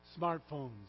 Smartphones